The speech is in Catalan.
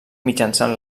mitjançant